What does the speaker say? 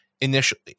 initially